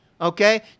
okay